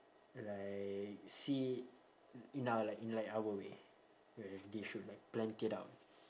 like see it now like in like our way where they should like planned it out